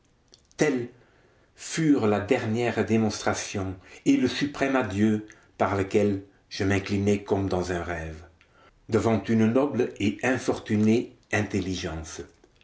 furent la dernière démonstration et le suprême adieu par lesquels je m'inclinai comme dans un rêve devant une noble et infortunée intelligence